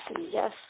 Yes